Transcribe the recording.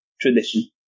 tradition